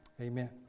Amen